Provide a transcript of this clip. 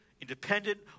independent